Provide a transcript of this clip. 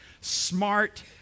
smart